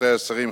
רבותי השרים,